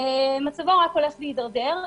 ומצבו רק הולך להתדרדר.